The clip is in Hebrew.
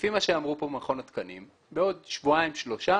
לפי מה שאמרו פה ממכון התקנים, בעוד שבועיים שלושה